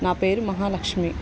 నా పేరు మహాలక్ష్మి